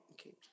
okay